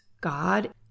God